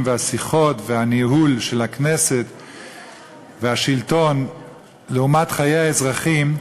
והשיחות והניהול של הכנסת והשלטון לעומת חיי האזרחים,